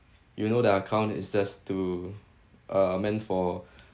you know that account is just to uh meant for